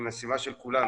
היא משימה של כולנו,